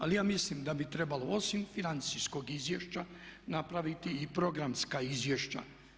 Ali ja mislim da bi trebalo osim financijskog izvješća napraviti i programska izvješća.